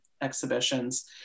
exhibitions